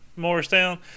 Morristown